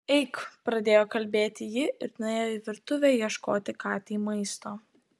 eik pradėjo kalbėti ji ir nuėjo į virtuvę ieškoti katei maisto